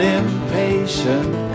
impatient